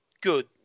good